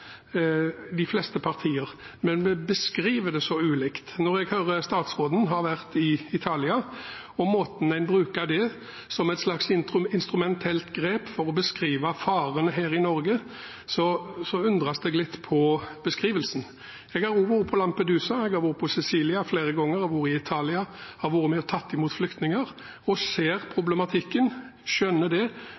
de fleste partiene, men vi beskriver det så ulikt. Når jeg hører statsråden har vært i Italia og måten man bruker det som et slags instrumentelt grep for å beskrive faren her i Norge på, undres jeg litt over beskrivelsen. Jeg har også vært på Lampedusa, og jeg har vært på Sicilia flere ganger. Jeg har vært med på å ta imot flyktninger i Italia og ser og skjønner problematikken, men jeg kunne ikke tenke meg å bruke det